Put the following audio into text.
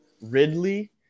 Ridley –